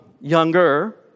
younger